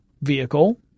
vehicle –